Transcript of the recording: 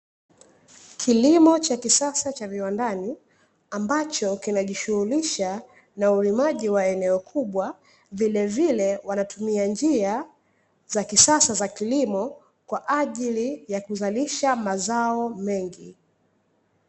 Kilimo cha kisasa cha viwandani ambacho kinajishughulisha na ulimaji wa eneo kubwa. Vilevile, wanatumia njia za kisasa za kilimo kwa ajili ya kuzalisha mazao mengi.